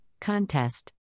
Contest